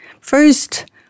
first